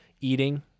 Eating